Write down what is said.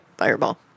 fireball